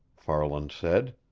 farland said.